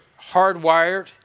hardwired